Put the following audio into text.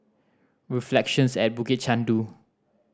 Reflections at Bukit Chandu